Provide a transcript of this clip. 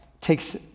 takes